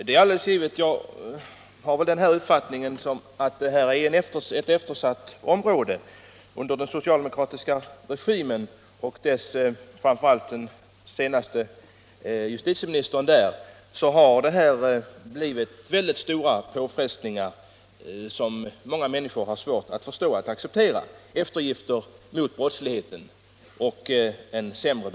Herr talman! Det är alldeles givet att polisen är ett eftersatt område. Under den socialdemokratiska regimen — framför allt under dess senaste justitieminister — blev det väldigt stora påfrestningar med eftergifter mot brottsligheten och sämre bevakning, som många människor har svårt att förstå och acceptera.